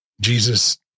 Jesus